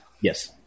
Yes